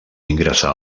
ingressar